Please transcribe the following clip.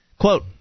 Quote